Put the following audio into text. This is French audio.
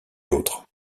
l’autre